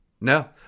No